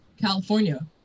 California